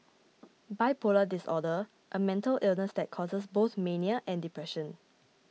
bipolar disorder a mental illness that causes both mania and depression